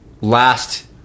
last